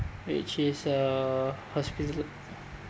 which is a hospital